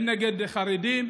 הן נגד חרדים,